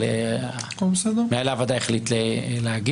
אבל מנהל הוועדה החליט להגיד,